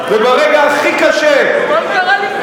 וברגע הכי קשה,